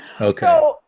Okay